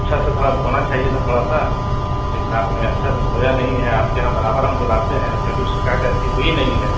اچھا سے تھوڑا دھونا چاہیے تھا تھوڑا سا لیکن آپ نے اچھا سے دھویا نہیں ہے آپ کے یہاں برابر ہم دھلاتے ہیں کبھی شکایت ایسی ہوئی نہیں ہے